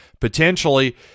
potentially